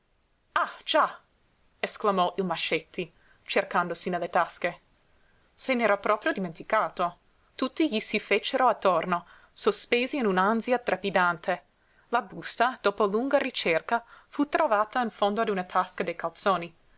già esclamò il mascetti cercandosi nelle tasche se n'era proprio dimenticato tutti gli si fecero attorno sospesi in un'ansia trepidante la busta dopo lunga ricerca fu trovata in fondo ad una tasca dei calzoni